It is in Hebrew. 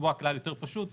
לקבוע כלל יותר פשוט,